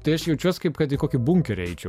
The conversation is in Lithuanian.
tai aš jaučiuos kaip kad į kokį bunkerį eičiau